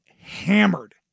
hammered